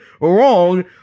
wrong